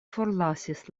forlasis